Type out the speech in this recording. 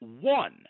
one